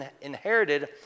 inherited